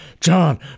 John